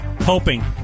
hoping